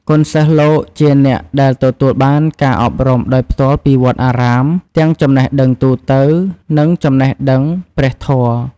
កូនសិស្សលោកជាអ្នកដែលទទួលបានការអប់រំដោយផ្ទាល់ពីវត្តអារាម ទាំងចំណេះដឹងទូទៅ និងចំណេះដឹងព្រះធម៌។